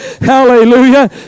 hallelujah